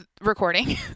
recording